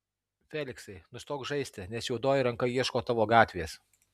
feliksai nustok žaisti nes juodoji ranka ieško tavo gatvės